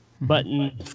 button